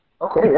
Okay